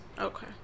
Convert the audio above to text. Okay